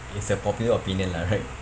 it's a popular opinion lah right